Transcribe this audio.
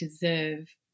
deserve